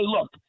look